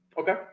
Okay